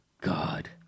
God